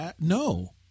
No